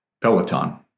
Peloton